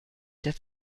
der